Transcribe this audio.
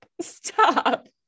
stop